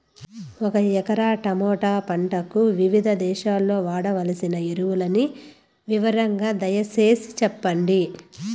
ఒక ఎకరా టమోటా పంటకు వివిధ దశల్లో వాడవలసిన ఎరువులని వివరంగా దయ సేసి చెప్పండి?